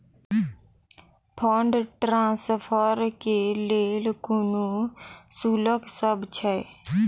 Fund transfer केँ लेल कोनो शुल्कसभ छै?